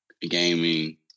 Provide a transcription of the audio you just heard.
gaming